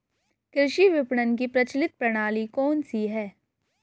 कृषि विपणन की प्रचलित प्रणाली कौन सी है?